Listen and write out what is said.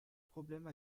problème